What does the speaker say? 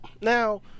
Now